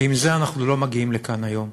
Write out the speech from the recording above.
ועם זה אנחנו לא מגיעים לכאן היום.